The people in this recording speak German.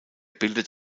bildet